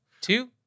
two